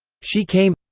she came.